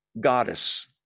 goddess